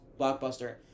blockbuster